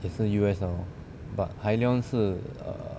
也是 U_S 的 lor but Hyliion 是